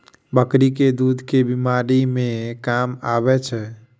बकरी केँ दुध केँ बीमारी मे काम आबै छै?